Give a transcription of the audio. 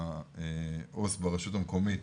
עו"ס הרשות המקומית